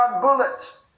bullets